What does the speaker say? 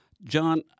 John